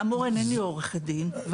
אינני עורכת דין,